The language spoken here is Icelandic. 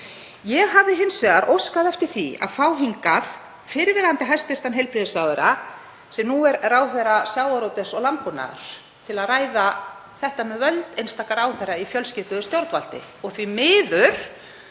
Ég hafði hins vegar óskað eftir því að fá hingað fyrrverandi hæstv. heilbrigðisráðherra, sem nú er ráðherra sjávarútvegs og landbúnaðar, til að ræða þetta með völd einstakra ráðherra í fjölskipuðu stjórnvaldi. Því miður,